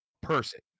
Person